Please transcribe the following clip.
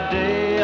day